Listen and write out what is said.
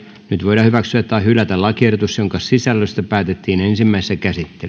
nyt voidaan hyväksyä tai hylätä lakiehdotus jonka sisällöstä päätettiin ensimmäisessä